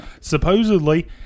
Supposedly